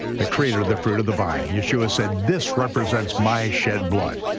the creator of the fruit of the vine. yeshua said this represents my shed blood,